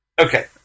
Okay